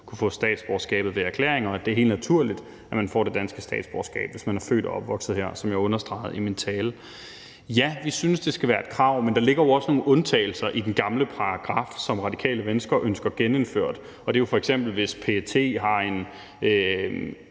kunne få statsborgerskab ved erklæring, og at det er helt naturligt, at man får det danske statsborgerskab, hvis man er født og opvokset her, som jeg understregede i min tale. Ja, vi synes, det skal være et krav, men der ligger jo også nogle undtagelser i den gamle paragraf, som Radikale Venstre ønsker genindført, og det er f.eks., hvis PET har en